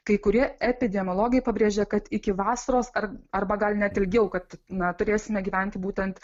kai kurie epidemiologai pabrėžia kad iki vasaros ar arba gal net ilgiau kad na turėsime gyventi būtent